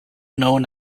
known